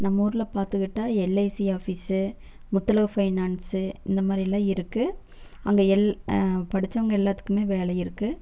நம்ம ஊரில் பார்த்துக்கிட்டா எல்ஐசி ஆஃபிஸு முத்தழகு ஃபைனான்ஸு இந்த மாதிரிலாம் இருக்குது அங்கே எல் படிச்சவங்கள் எல்லாத்துக்குமே வேலை இருக்குது